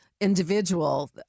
individual